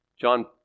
John